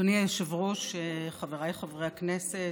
אדוני היושב-ראש, חבריי חברי הכנסת,